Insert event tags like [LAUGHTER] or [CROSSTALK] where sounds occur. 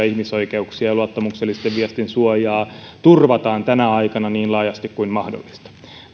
[UNINTELLIGIBLE] ihmisoikeuksia ja luottamuksellisten viestien suojaa turvataan tänä aikana niin laajasti kuin mahdollista